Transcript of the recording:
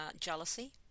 jealousy